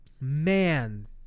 man